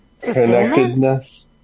Connectedness